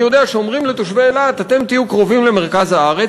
אני יודע שאומרים לתושבי אילת: אתם תהיו קרובים למרכז הארץ,